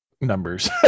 numbers